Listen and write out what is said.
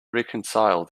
reconcile